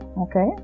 okay